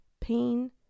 pain